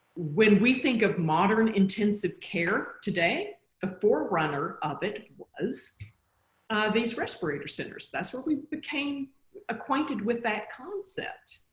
when we think of modern intensive care today the forerunner of it was these respirator centers. that's where we became acquainted with that concept.